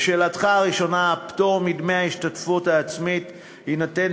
לשאלתך הראשונה: פטור מדמי ההשתתפות העצמית יינתן